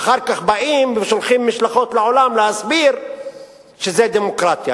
ואחר כך באים ושולחים משלחות לעולם להסביר שזו דמוקרטיה.